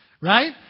Right